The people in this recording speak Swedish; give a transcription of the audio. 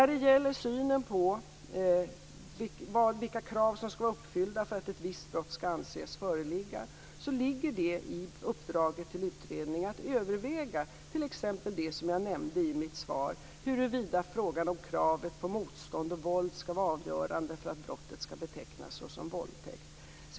När det gäller synen på vilka krav som skall vara uppfyllda för att ett visst brott skall anses föreligga ligger det i uppdraget till utredningen att överväga t.ex. det som jag nämnde i mitt svar, huruvida frågan om kravet på motstånd och våld skall vara avgörande för att brottet skall betecknas som våldtäkt.